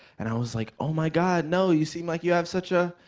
and i was like, oh, my god, no, you seem like you have such a.